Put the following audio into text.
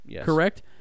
correct